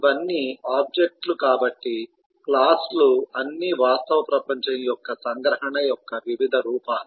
ఇవన్నీ ఆబ్జెక్ట్ లు కాబట్టి క్లాస్ లు అన్నీ వాస్తవ ప్రపంచం యొక్క సంగ్రహణ యొక్క వివిధ రూపాలు